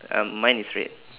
um mine is red